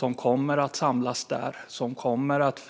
De kommer att samlas där, och de kommer att